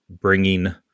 bringing